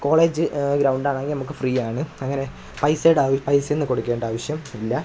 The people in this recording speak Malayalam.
കോളേജ് ഗ്രൗണ്ടാണെങ്കില് നമ്മൾക്ക് ഫ്രീ ആണ് അങ്ങനെ പൈസയുടെ ആവശ്യം പൈസയൊന്നും കൊടുക്കേണ്ട ആവശ്യം ഇല്ല